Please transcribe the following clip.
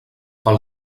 pel